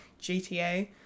GTA